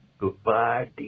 goodbye